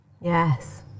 Yes